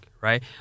right